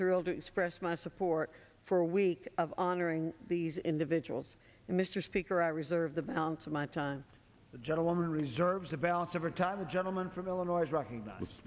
thrilled to express my support for a week of honoring these individuals mr speaker i reserve the balance of my time the gentleman reserves the balance of our time the gentleman from illinois rocking